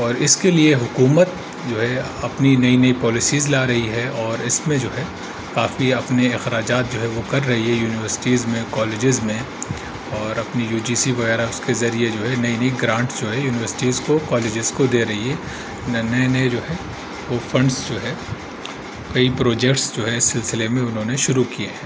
اور اس کے لیے حکومت جو ہے اپنی نئی نئی پالیسیز لا رہی ہے اور اس میں جو ہے کافی اپنے اخراجات جو ہے وہ کر رہی ہے یونیورسٹیز میں کالجز میں اور اپنی یو جی سی وغیرہ اس کے ذریعے جو ہے نئی نئی گرانٹس جو ہے یونیورسٹیز کو کالجز کو دے رہی ہے نہ نئے نئے جو ہے وہ فنڈس جو ہے کئی پروجیکٹس جو ہے سلسلے میں انہوں نے شروع کیے ہیں